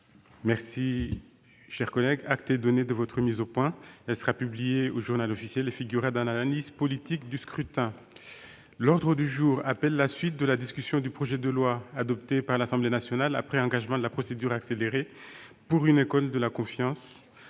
Acte vous est donné de cette mise au point, mon cher collègue. Elle sera publiée au et figurera dans l'analyse politique du scrutin. L'ordre du jour appelle la suite de la discussion du projet de loi, adopté par l'Assemblée nationale après engagement de la procédure accélérée, pour une école de la confiance